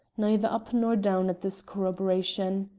neither up nor down at this corroboration.